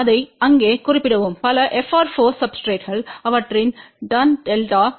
அதை அங்கே குறிப்பிடவும் பல FR4 சப்ஸ்டிரேட்கள் அவற்றின் டான் டெல்டா 0